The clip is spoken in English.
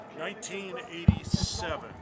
1987